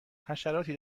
حشراتی